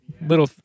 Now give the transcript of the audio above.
little